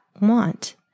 want